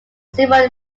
several